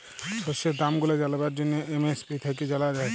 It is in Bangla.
শস্যের দাম গুলা জালবার জ্যনহে এম.এস.পি থ্যাইকে জালা যায়